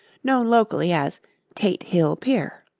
known locally as tate hill pier.